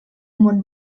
món